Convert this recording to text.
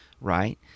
right